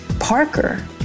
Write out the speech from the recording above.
parker